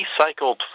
recycled